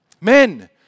Men